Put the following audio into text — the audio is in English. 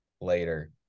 later